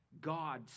God